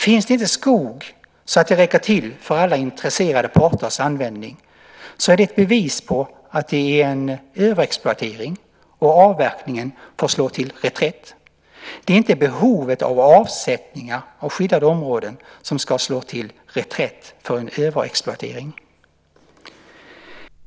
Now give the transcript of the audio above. Finns det inte skog så att den räcker till för alla intresserade parters användning är det ett bevis på att det är en överexploatering, och avverkningen får slå till reträtt. Det är inte behovet av avsättningar av skyddade områden som ska slå till reträtt för en överexploatering.